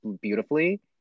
beautifully